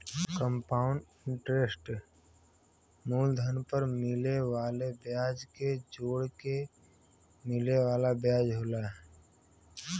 compound interest मूलधन पर मिले वाले ब्याज के जोड़के मिले वाला ब्याज होला